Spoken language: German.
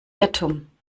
irrtum